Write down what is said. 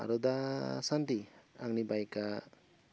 आरो दासान्दि आंनि बाइकआ